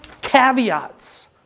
caveats